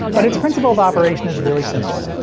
but its principle of operation is really simple.